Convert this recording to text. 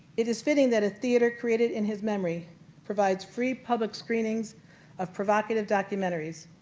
it is fitting that a theatre created in his memory provides free public screening of provocative documentaries,